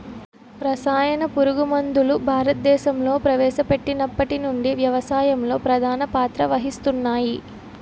రసాయన పురుగుమందులు భారతదేశంలో ప్రవేశపెట్టినప్పటి నుండి వ్యవసాయంలో ప్రధాన పాత్ర వహిస్తున్నాయి